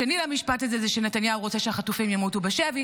השני למשפט הזה הוא שנתניהו רוצה שהחטופים ימותו בשבי,